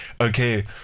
okay